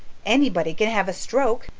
anybody can have a stroke.